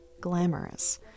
glamorous